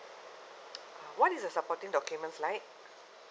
uh what is the supporting documents like